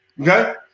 Okay